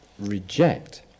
reject